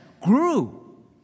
grew